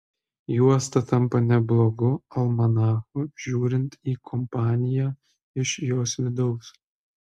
juosta tampa neblogu almanachu žiūrint į kompaniją iš jos vidaus